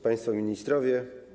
Państwo Ministrowie!